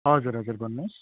हजुर हजुर भन्नुहोस्